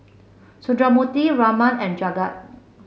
Sundramoorthy Raman and Jagat